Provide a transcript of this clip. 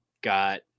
got